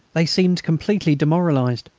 they seemed completely demoralised.